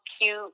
cute